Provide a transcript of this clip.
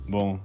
Bom